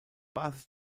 basis